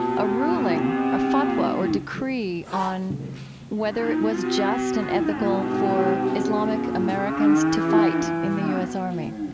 a ruling, a fatwa or decree, on whether it was just and ethical for islamic-americans to fight in the u s. army.